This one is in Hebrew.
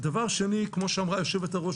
כמו שאמרה היושבת ראש,